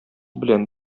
белән